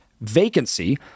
vacancy